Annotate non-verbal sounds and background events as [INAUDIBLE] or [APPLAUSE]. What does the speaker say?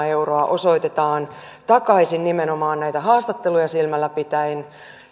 [UNINTELLIGIBLE] euroa osoitetaan takaisin nimenomaan näitä haastatteluja silmällä pitäen